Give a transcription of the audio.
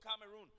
Cameroon